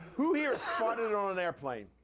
who here farted on an airplane?